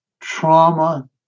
trauma